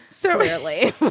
Clearly